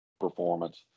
performance